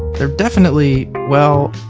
they're definitely well,